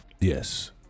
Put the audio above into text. Yes